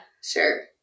sure